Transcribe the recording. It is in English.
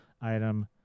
item